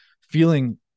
feeling